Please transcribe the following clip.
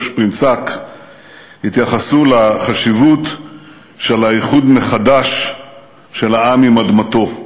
שפרינצק התייחסו לחשיבות של האיחוד מחדש של העם עם אדמתו.